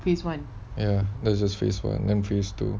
ya there's a phase one then phase two